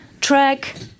track